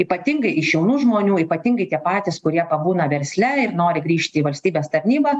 ypatingai iš jaunų žmonių ypatingai tie patys kurie pabūna versle ir nori grįžti į valstybės tarnybą